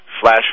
flash